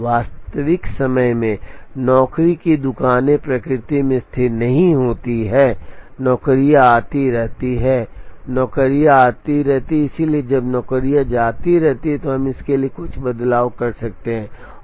वास्तविक समय में नौकरी की दुकानें प्रकृति में स्थिर नहीं होती हैं नौकरियां आती रहती हैं नौकरियां आती रहती हैं इसलिए जब नौकरियां आती रहती हैं तो हम इसके लिए कुछ बदलाव कर सकते हैं